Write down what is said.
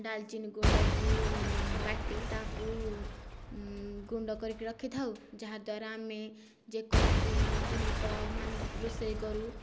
ଡ଼ାଲଚିନ ଗୁଣ୍ଡକୁ ବାଟି ତାହାକୁ ଗୁଣ୍ଡ କରିକି ରଖିଥାଉ ଯାହାଦ୍ୱାରା ଆମେ ଯେକୌଣସି ଜିନିଷ ମାନେ ରୋଷେଇ କରୁ